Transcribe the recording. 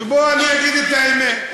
בואו אני אגיד את האמת.